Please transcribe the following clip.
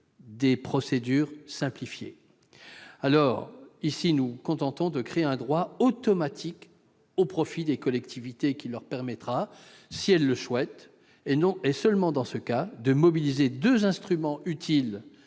En l'occurrence, nous nous contentons de créer un droit automatique au profit des collectivités, lequel leur permettra, si elles le souhaitent, et seulement dans ce cas, de mobiliser deux instruments utiles